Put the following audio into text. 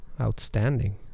Outstanding